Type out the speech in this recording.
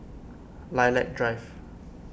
Lilac Drive